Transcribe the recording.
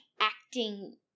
acting